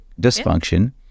dysfunction